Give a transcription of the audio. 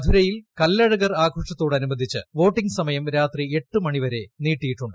മഥുരയിൽ കല്ലഴകർ ആഘോഷത്തോട് അനുബന്ധിച്ച് വോട്ടിംഗ് സമയം രാത്രി എട്ട്മണി വരെ നീട്ടിയിട്ടുണ്ട്